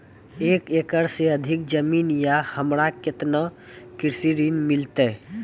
एक एकरऽ से अधिक जमीन या हमरा केतना कृषि ऋण मिलते?